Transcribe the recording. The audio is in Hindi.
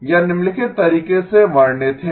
यह निम्नलिखित तरीके से वर्णित है